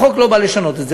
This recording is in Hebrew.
החוק לא בא לשנות את זה.